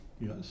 yes